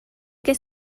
que